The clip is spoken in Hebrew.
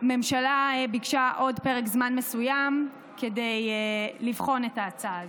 הממשלה ביקשה עוד פרק זמן מסוים כדי לבחון את ההצעה הזו.